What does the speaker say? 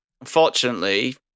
unfortunately